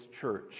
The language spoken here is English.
church